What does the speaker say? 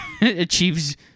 achieves